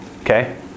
okay